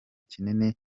kinini